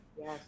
Yes